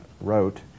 wrote